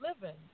living